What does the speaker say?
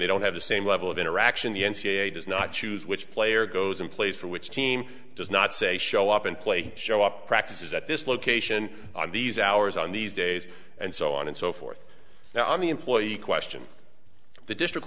they don't have the same level of interaction the n c a a does not choose which player goes and plays for which team does not say show up and play show up practices at this location on these hours on these days and so on and so forth now on the employee question the district